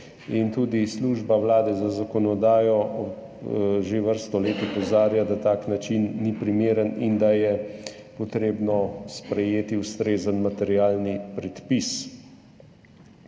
Tudi Služba vlade za zakonodajo že vrsto let opozarja, da tak način ni primeren in da je potrebno sprejeti ustrezen materialni predpis.